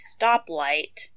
stoplight